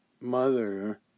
Mother